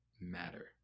matter